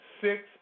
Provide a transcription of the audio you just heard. six